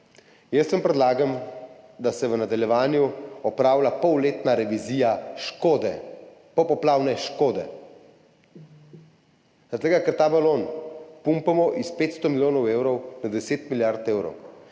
jaz vam predlagam, da se v nadaljevanju opravlja polletna revizija škode, popoplavne škode. Zaradi tega ker ta balon pumpamo s 500 milijonov evrov na 10 milijard evrov.